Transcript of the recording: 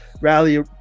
rally